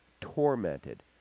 tormented